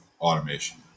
automation